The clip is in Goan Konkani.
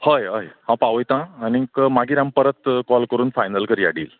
हय हय हांव पावयतां आनीक मागीर आमी परत काॅल करून फायनल करया डील